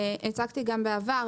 הצגתי גם בעבר.